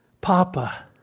Papa